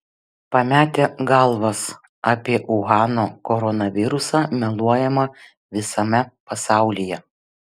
pametę galvas apie uhano koronavirusą meluojama visame pasaulyje